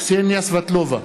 קסניה סבטלובה,